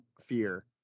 fear